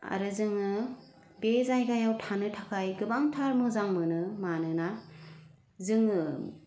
आरो जोङो बे जायगायाव थानो थाखाय गोबांथार मोजां मोनो मानोना जोङो